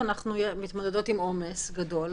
אנחנו מתמודדות עם עומס גדול,